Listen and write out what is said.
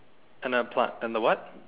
and a plant and a what